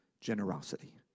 generosity